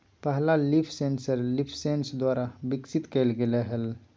पहला leaf sensor Leafsense द्वारा विकसित कइल गेलय हल